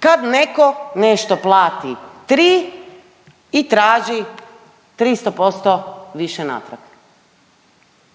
kad neko nešto plati 3 i traži 300% više natrag?